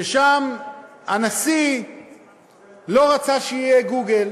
ששם הנשיא לא רצה שיהיה גוגל,